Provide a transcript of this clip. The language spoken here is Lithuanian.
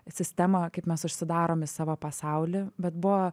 sistemą kaip mes užsidarom į savo pasaulį bet buvo